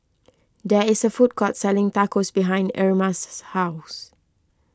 there is a food court selling Tacos behind Irma's house